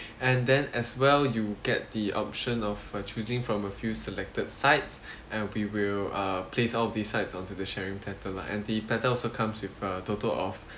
and then as well you get the option of uh choosing from a few selected sides and we will uh place all of these sides onto the sharing platter lah and the platter also comes with a total of